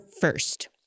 first